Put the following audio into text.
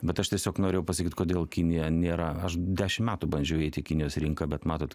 bet aš tiesiog norėjau pasakyt kodėl kinija nėra aš dešim metų bandžiau įeit į kinijos rinką bet matot